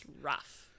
rough